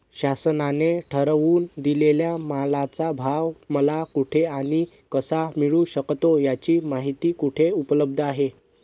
शासनाने ठरवून दिलेल्या मालाचा भाव मला कुठे आणि कसा मिळू शकतो? याची माहिती कुठे उपलब्ध आहे?